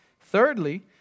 Thirdly